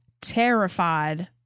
terrified